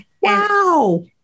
Wow